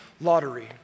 lottery